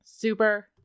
Super